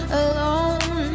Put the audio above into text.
alone